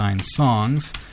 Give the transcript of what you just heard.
$songs